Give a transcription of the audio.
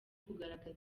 kugaragaza